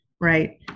right